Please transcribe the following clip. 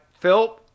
Phil